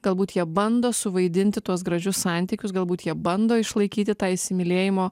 galbūt jie bando suvaidinti tuos gražius santykius galbūt jie bando išlaikyti tą įsimylėjimo